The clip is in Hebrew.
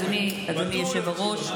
אדוני היושב-ראש,